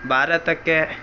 ಭಾರತಕ್ಕೆ